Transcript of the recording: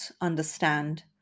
understand